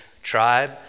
tribe